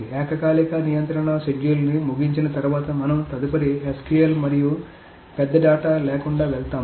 ఏకకాలిక నియంత్రణపై మాడ్యూల్ని ముగించిన తరువాత మనం తదుపరి SQL మరియు పెద్ద డేటా లేకుండా వెళ్తాము